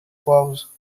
povos